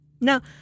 Now